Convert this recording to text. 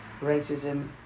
racism